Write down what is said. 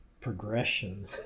progression